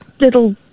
little